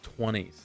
20s